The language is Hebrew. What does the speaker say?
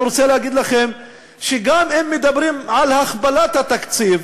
אני רוצה להגיד לכם שגם אם מדברים על הכפלת התקציב,